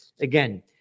Again